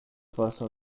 forsą